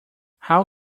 how